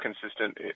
consistent